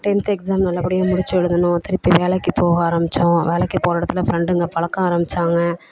tenth exam நல்லபடியாக முடித்து எழுதுனோம் திருப்பி வேலைக்கு போக ஆரம்பித்தோம் வேலைக்கு போன இடத்துல ஃப்ரெண்டுங்க பழக்கம் ஆரம்பித்தாங்க